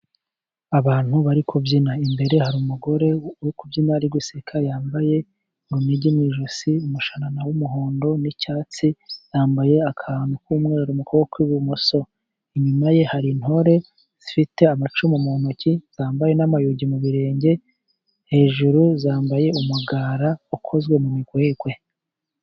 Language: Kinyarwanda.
Abantu bari kubyina, imbere hari umugore uri kubyina ari guseka, yambaye urunigi mu ijosi umushanana w'umuhondo n'icyatsi, yambaye akantu k'umweru mu kuboko kw'ibumoso, inyuma ye hari intore zifite amacumu mu ntoki zambaye n'amayugi mu birenge, hejuru zambaye umugara ukozwe mu migwegwe.